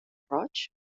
roig